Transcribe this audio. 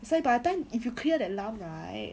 所以 by the time if you clear that lump right